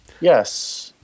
Yes